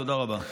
תודה רבה.